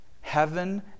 Heaven